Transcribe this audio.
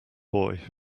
boy